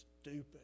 stupid